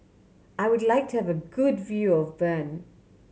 I would like to have a good view of Bern